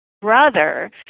brother